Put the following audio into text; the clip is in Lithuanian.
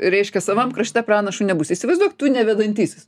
reiškia savam krašte pranašu nebūsi įsivaizduok tu ne vedantysis